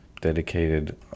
dedicated